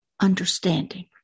understanding